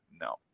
no